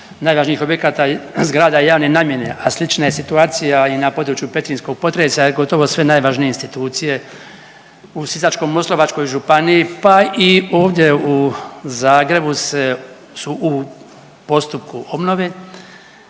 najvažnijih objekata zgrada javne namjene, a slična je situacija i na području petrinjskog potresa, gotovo sve najvažnije institucije u Sisačko-moslavačkoj županiji, pa i ovdje u Zagrebu su u postupku obnove